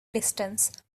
distance